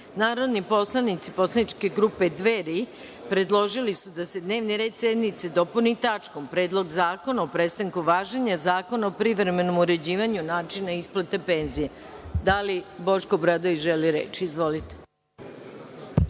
Predlog. Narodni poslanici poslaničke grupe Dveri predložili su da se dnevni red sednice dopuni tačkom Predlog zakona o prestanku važenja Zakona o privremenom uređivanju načina isplate penzija. Da li Boško Obradović želi reč? Izvolite.